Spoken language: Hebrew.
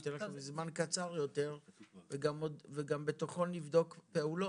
נתן לכם זמן קצר יותר וגם בתוכו נבדוק פעולות,